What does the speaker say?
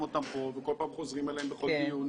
אותם פה וכל פעם חוזרים עליהם בכל דיון,